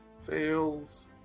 fails